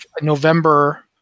November